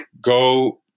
Go